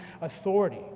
authority